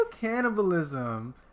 cannibalism